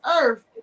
earth